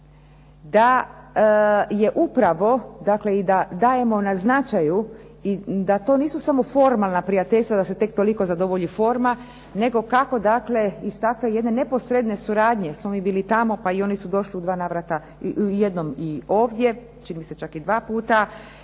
da je upravo i da dajemo na značaju da to nisu samo formalna prijateljstva, da se tek toliko zadovolji forma nego kako dakle iz takve jedne neposredne suradnje, jer smo mi bili tamo, pa i oni su došli jednom ovdje, čini mi se čak i dva puta,